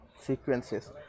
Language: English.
sequences